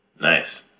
Nice